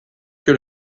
que